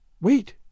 Wait